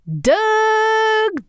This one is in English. Doug